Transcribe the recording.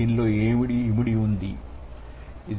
దీనిలో ఇమిడి ఉందా